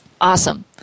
Awesome